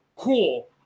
Cool